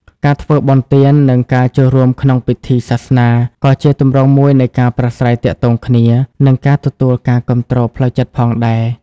ការធ្វើបុណ្យទាន និងការចូលរួមក្នុងពិធីសាសនា ក៏ជាទម្រង់មួយនៃការប្រាស្រ័យទាក់ទងគ្នា និងការទទួលការគាំទ្រផ្លូវចិត្តផងដែរ។